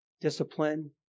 discipline